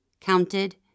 counted